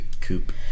Coop